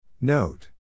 Note